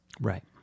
Right